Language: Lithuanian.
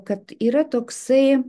kad yra toksai